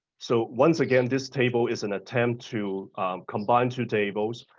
so once again, this table is an attempt to combine two tables.